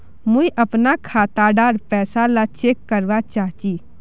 मुई अपना खाता डार पैसा ला चेक करवा चाहची?